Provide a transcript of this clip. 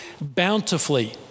bountifully